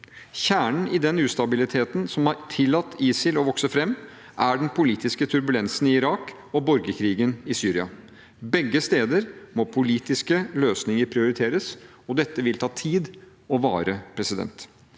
Kjernen i den ustabiliteten som har tillatt ISIL å vokse fram, er den politiske turbulensen i Irak og borgerkrigen i Syria. Begge steder må politiske løsninger prioriteres, og dette vil ta tid og vare.